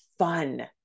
fun